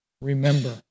remember